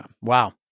Wow